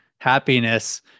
happiness